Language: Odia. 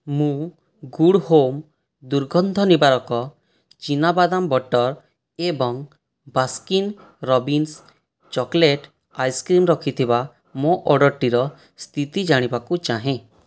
ମୁଁ ଗୁଡ଼୍ ହୋମ୍ ଦୁର୍ଗନ୍ଧ ନିବାରକ ଚିନାବାଦାମ ବଟର୍ ଏବଂ ବାସ୍କିନ୍ ରବିନ୍ସ ଚକୋଲେଟ୍ ଆଇସ୍କ୍ରିମ୍ ରହିଥିବା ମୋ ଅର୍ଡ଼ର୍ଟିର ସ୍ଥିତି ଜାଣିବାକୁ ଚାହେଁ